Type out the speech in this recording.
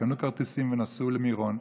שקנו כרטיסים ונסעו למירון,